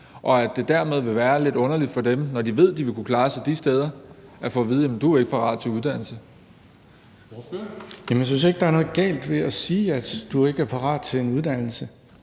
og at det dermed vil være lidt underligt for dem, når de ved, at de vil kunne klare sig de steder, at få at vide, at de ikke er parate til uddannelse?